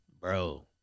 bro